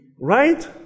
Right